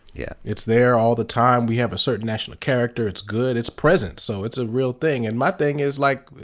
yeah it's there all the time, we have a certain national character, it's good, it's present, so it's a real thing. and my thing is like,